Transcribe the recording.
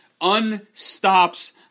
unstops